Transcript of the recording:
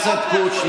חבר הכנסת קושניר.